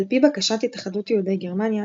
" על פי בקשת התאחדות יהודי גרמניה,